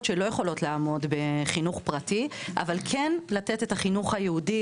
שלא יכולות לעמוד בחינוך פרטי אבל כן לתת את החינוך היהודי,